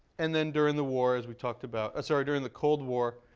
and then during the war, as we talked about sorry, during the cold war,